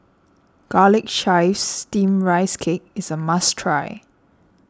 Garlic Chives Steamed Rice Cake is a must try